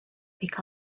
pick